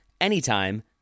anytime